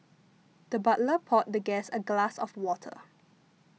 the butler poured the guest a glass of water